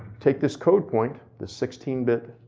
take this code point, the sixteen bit,